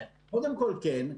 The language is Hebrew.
קודם כול כן,